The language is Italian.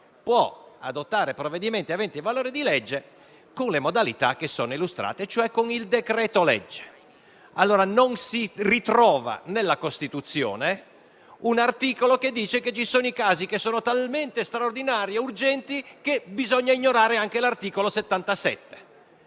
può adottare provvedimenti aventi valore di legge con le modalità che sono illustrate, cioè con il decreto-legge. Non si trova, nella Costituzione, un articolo che prevede casi talmente straordinari e urgenti, che bisogna ignorare anche l'articolo 77